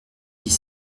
dix